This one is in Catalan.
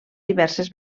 diverses